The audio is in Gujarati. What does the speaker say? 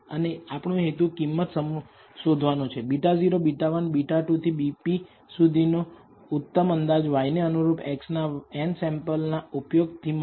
અને આપણો હેતુ કિંમત શોધવાનો છે β0 β1 β2 થી βp નો ઉત્તમ અંદાજ y ને અનુરૂપ x ના n સેમ્પલના ઉપયોગ થી મળે